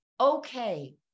okay